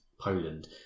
poland